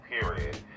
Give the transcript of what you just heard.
period